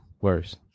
worse